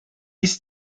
ist